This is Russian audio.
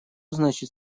значит